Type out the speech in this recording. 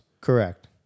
Correct